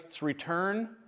return